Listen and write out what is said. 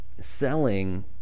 selling